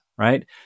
right